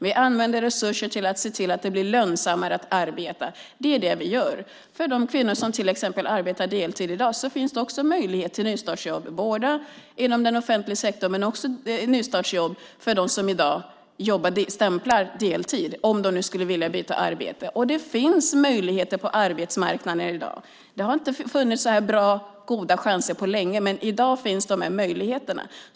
Vi använder resurser till att se till att det blir lönsammare att arbeta. Det är det vi gör. För de kvinnor som arbetar deltid i dag finns det också möjlighet till nystartsjobb, inom den offentliga sektorn och för dem som i dag stämplar deltid, om de nu skulle vilja byta arbete. Det finns möjligheter på arbetsmarknaden i dag. Det har inte funnits så här goda chanser på länge. Men i dag finns de här möjligheterna.